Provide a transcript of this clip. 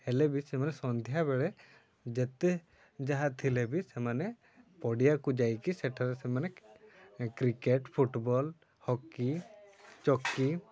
ହେଲେ ବି ସେମାନେ ସନ୍ଧ୍ୟାବେଳେ ଯେତେ ଯାହା ଥିଲେ ବି ସେମାନେ ପଡ଼ିଆକୁ ଯାଇକି ସେଠାରେ ସେମାନେ କ୍ରିକେଟ୍ ଫୁଟବଲ୍ ହକି ଚକି